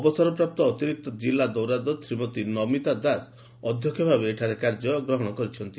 ଅବସରପ୍ରାପ୍ତ ଅତିରିକ୍ତ ଜିଲ୍ଲା ଦୌରାଜକ୍ ଶ୍ରୀମତୀ ନମିତା ଦାସ ଅଧ୍ଧକ୍ଷ ଭାବେ କାର୍ଯ୍ୟଭାର ଗ୍ରହଶ କରିଛନ୍ତି